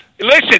Listen